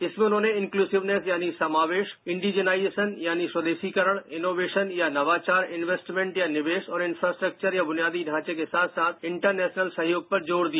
इसमें उन्होंने इन्क्ल्सिवेनेस यानी समावेश इंडिजिनाइजेशन यानी स्वदेशीकरण इनोवेशन या नवाचार इन्वेस्टमेंट या निवेश और इन्कास्ट्रक्वर या बुनियादी ढांचे के साथ साथ इंटरनेशनल सहयोग पर जोर दिया